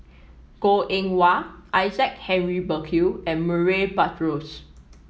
Goh Eng Wah Isaac Henry Burkill and Murray Buttrose